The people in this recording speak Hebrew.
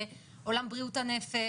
עולם בריאות הנפש.